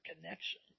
connection